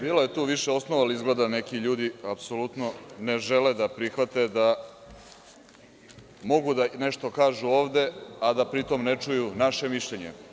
Bilo je tu više osnova, ali izgleda neki ljudi apsolutno ne žele da prihvate da mogu da nešto kažu ovde, a da pritom ne čuju naše mišljenje.